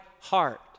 heart